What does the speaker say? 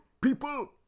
people